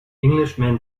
englishman